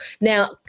Now